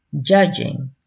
judging